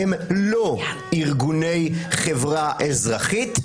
הם לא ארגוני חברה אזרחית,